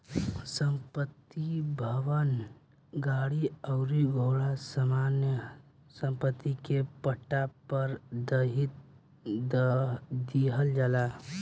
संपत्ति, भवन, गाड़ी अउरी घोड़ा सामान्य सम्पत्ति के पट्टा पर दीहल जाला